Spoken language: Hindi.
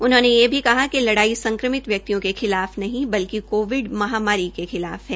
उन्होंने यह भी कहा कि लड़ाई संक्रमित व्यक्यिों के खिलाफ नहीं बल्कि कोविड महामाररी के खिलाफ है